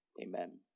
Amen